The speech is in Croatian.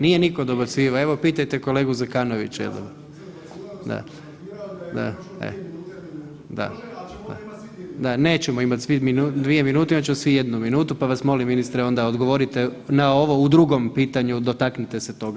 Nije nitko dobacivao, evo, pitajte kolegu Zekanović. ... [[Upadica se ne čuje.]] da, da, e. ... [[Upadica se ne čuje.]] Nećemo imati svi dvije minute, imat ćemo svi jednu minutu pa vas molim ministre onda odgovorite na ovo u drugom pitanju, dotaknite se toga.